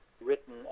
written